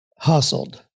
hustled